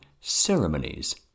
ceremonies